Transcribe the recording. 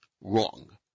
wrong